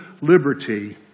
liberty